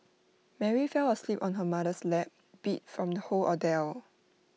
Mary fell asleep on her mother's lap beat from the whole ordeal